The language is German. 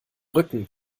rücken